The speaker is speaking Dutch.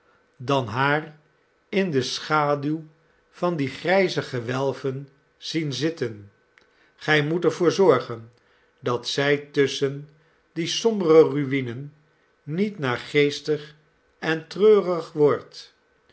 dan haar in de schaduw van die grijze gewelven zien zitten gij moet er voor zorgen dat zij tusschen die sombere ru'inen niet naargeestig en treurig wordt